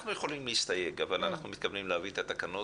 אנחנו יכולים להסתייג אבל אנחנו מתכוונים להביא את התקנות